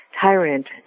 tyrant